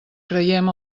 creiem